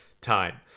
time